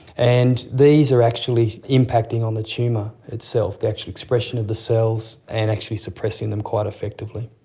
and these are actually impacting on the tumour itself, the actual expression of the cells and actually suppressing them quite effectively.